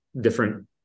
different